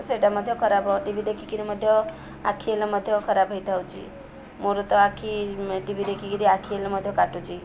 ସେଇଟା ମଧ୍ୟ ଖରାପ ଟି ଭି ଦେଖି କରି ମଧ୍ୟ ଆଖି ହେଲେ ମଧ୍ୟ ଖରାପ ହେଇଥାଉଛି ମୋର ତ ଆଖି ଟି ଭି ଦେଖି କରି ଆଖି ହେଲେ ମଧ୍ୟ କାଟୁଛି